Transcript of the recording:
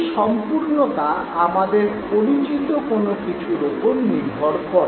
এই সম্পূর্ণতা আমাদের পরিচিত কোনো কিছুর ওপর নির্ভর করে